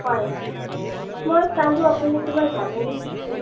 হয় মই চালোঁ আপুনি কিবা জাননী দিছে